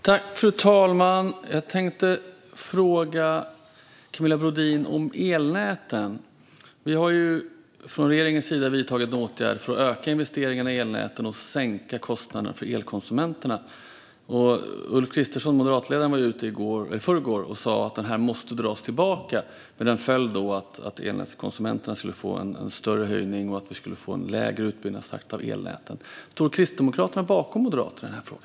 Fru talman! Jag tänkte fråga Camilla Brodin om elnäten. Vi har från regeringens sida vidtagit en åtgärd för att öka investeringarna i elnäten och sänka kostnaderna för elkonsumenterna. Ulf Kristersson, moderatledaren, var ute i förrgår och sa att det här måste dras tillbaka. Då skulle elnätskonsumenterna få en större höjning, och vi skulle få en lägre takt i utbyggnaden av elnäten. Står Kristdemokraterna bakom Moderaterna i denna fråga?